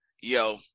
yo